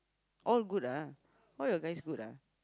all good ah all your guys good ah